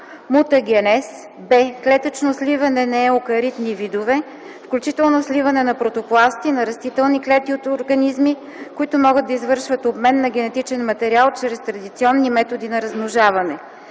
мутагенез; б) клетъчно сливане на еукариотни видове (включително сливане на протопласти) на растителни клетки от организми, които могат да извършват обмен на генетичен материал чрез традиционни методи на размножаване;